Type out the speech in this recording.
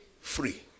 Free